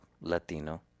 Latino